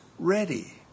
Ready